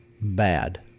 bad